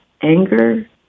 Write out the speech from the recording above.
anger